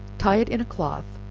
tie it in a cloth,